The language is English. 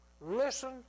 listen